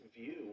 view